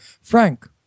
Frank